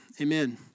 Amen